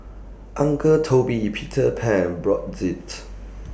Uncle Toby's Peter Pan Brotzeit's